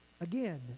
again